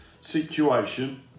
situation